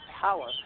power